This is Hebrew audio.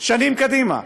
לשנים הבאות.